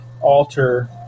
alter